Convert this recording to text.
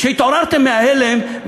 כשהתעוררתם מההלם,